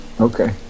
Okay